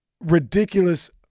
ridiculous